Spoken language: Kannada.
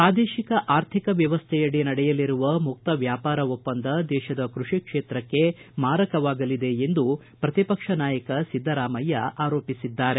ಪ್ರಾದೇಶಿಕ ಆರ್ಥಿಕ ವ್ಯವಸ್ನೆಯಡಿ ನಡೆಯಲಿರುವ ಮುಕ್ತ ವ್ಯಾಪಾರ ಒಪ್ಪಂದ ದೇಶದ ಕೃಷಿ ಕ್ಷೇತ್ರಕ್ಕೆ ಮಾರಕವಾಗಲಿದೆ ಎಂದು ವಿಧಾನ ಸಭೆಯಲ್ಲಿ ಪ್ರತಿಪಕ್ಷ ನಾಯಕ ಸಿದ್ದರಾಮಯ್ಯ ಆರೋಪಿಸಿದ್ದಾರೆ